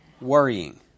worrying